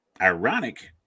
ironic